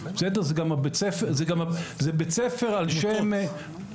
זה בית ספר על שם --- עמותות.